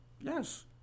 Yes